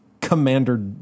Commander